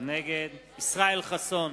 נגד ישראל חסון,